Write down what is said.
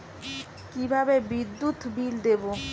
কিভাবে বিদ্যুৎ বিল দেবো?